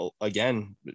again